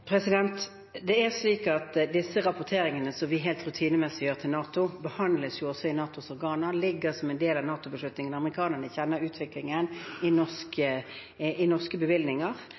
rapporteringene vi helt rutinemessig gjør til NATO, behandles i NATOs organer og ligger som en del av NATOs beslutninger. Amerikanerne kjenner utviklingen i norske bevilgninger.